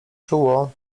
czuło